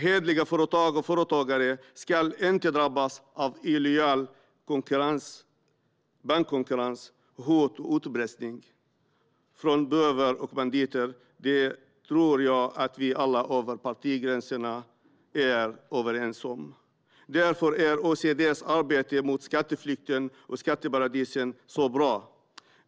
Hederliga företag och företagare ska inte drabbas av illojal bankkonkurrens, hot och utpressning från bovar och banditer. Det tror jag att vi alla över partigränserna är överens om. Därför är OECD:s arbete mot skatteflykten och skatteparadisen så bra.